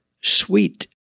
Sweet